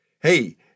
Hey